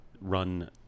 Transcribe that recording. run